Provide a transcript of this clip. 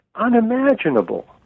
unimaginable